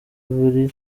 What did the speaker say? buri